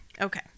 Okay